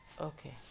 Okay